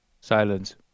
Silence